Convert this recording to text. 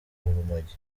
urumogi